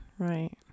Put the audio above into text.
Right